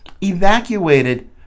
evacuated